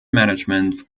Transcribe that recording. management